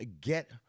get